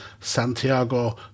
Santiago